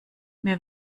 mir